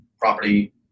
property